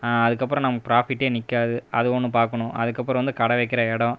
அதுக்கு அப்புறம் நம்ப ப்ராஃபிட்டே நிற்காது அது ஒன்று பார்க்கணும் அதுக்கு அப்புறம் வந்து கடை வைக்கிற இடம்